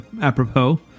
Apropos